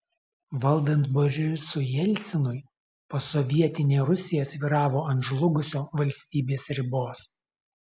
valdant borisui jelcinui posovietinė rusija svyravo ant žlugusio valstybės ribos